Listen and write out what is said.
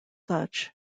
such